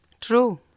True